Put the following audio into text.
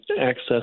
access